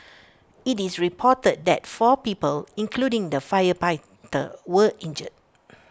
IT is reported that four people including the fire were injured